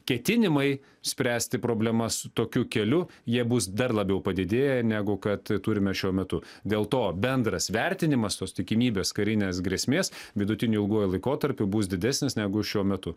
ketinimai spręsti problemas tokiu keliu jie bus dar labiau padidėję negu kad turime šiuo metu dėl to bendras vertinimas tos tikimybės karinėz grėsmės vidutiniu ilguoju laikotarpiu bus didesnis negu šiuo metu